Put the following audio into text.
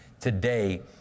today